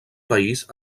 país